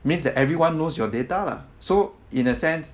means that everyone knows your data lah so in a sense